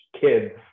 kids